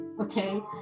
Okay